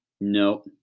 No